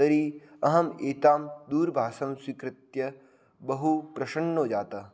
तर्हि अहम् एतां दूरभाषां स्वीकृत्य बहु प्रसन्नो जातः